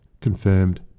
confirmed